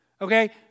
okay